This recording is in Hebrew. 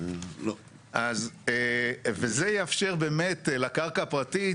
זה יאפשר באמת לקרקע הפרטית